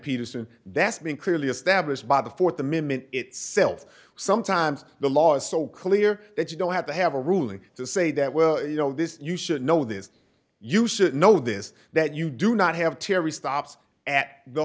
peterson that's been clearly established by the th amendment itself sometimes the law is so clear that you don't have to have a ruling to say that well you know this you should know this you should know this that you do not have terry stops at the